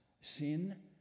sin